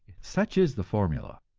such is the formula.